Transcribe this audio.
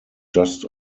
just